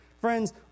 Friends